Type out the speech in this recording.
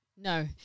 no